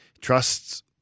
trusts